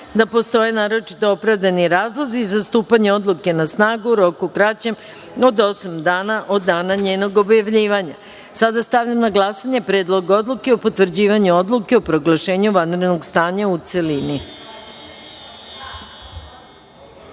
da postoje naročito opravdani razlozi za stupanje odluke na snagu u roku kraćem od osam dana od dana njenog objavljivanja. Sada stavljam na glasanje Predlog odluke o potvrđivanju Odluke o proglašenju vanrednog stanja, u